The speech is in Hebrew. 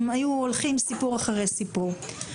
הולכים סיפור אחרי סיפור.